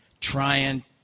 trying